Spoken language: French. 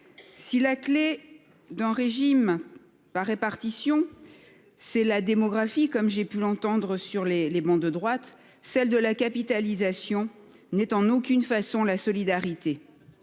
Si la clé d'un régime par répartition est la démographie, comme j'ai pu l'entendre dire sur les travées de droite, celle de la capitalisation n'est en aucune façon la solidarité.